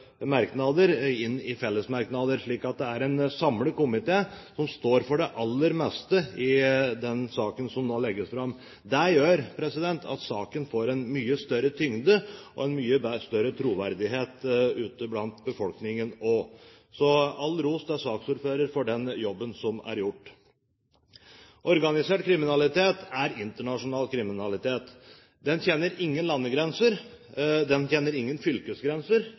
merknader i fellesmerknader, slik at det er en samlet komité som står bak det aller meste i den saken som nå legges fram. Det gjør at saken får en mye større tyngde, og en mye større troverdighet i befolkningen også. Så all ros til saksordføreren for den jobben som er gjort. Organisert kriminalitet er internasjonal. Den kjenner ingen landegrenser. Den kjenner ingen fylkesgrenser,